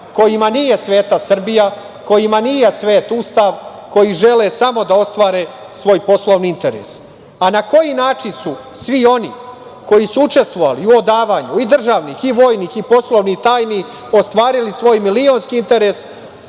kojima nije sveta Srbija, kojima nije svet Ustav, koji žele samo da ostvare svoj poslovni interes. A na koji način su svi oni koji su učestvovali u odavanju i državnih i vojnih i poslovnih tajni ostvarili svoj milionski interes,